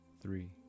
three